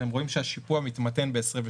אתם רואים שהשיפוע מתמתן ב-2022.